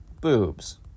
boobs